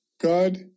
God